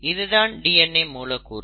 இதுதான் DNA மூலக்கூறு